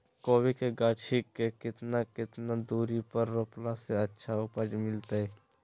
कोबी के गाछी के कितना कितना दूरी पर रोपला से अच्छा उपज मिलतैय?